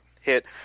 hit